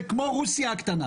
זה כמו רוסיה הקטנה.